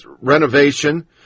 renovation